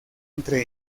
entre